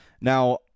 now